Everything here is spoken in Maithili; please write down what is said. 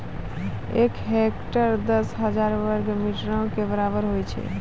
एक हेक्टेयर, दस हजार वर्ग मीटरो के बराबर होय छै